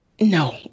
No